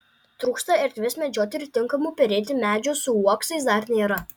trūksta erdvės medžioti ir tinkamų perėti medžių su uoksais dar nėra